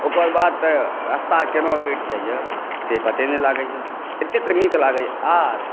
ओकर बाद तऽ रास्ता केना कटि जाइया से पते नहि लागैया एतेक नीक लागैया आर